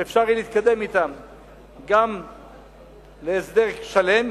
ואפשר יהיה להתקדם אתה גם להסדר שלם,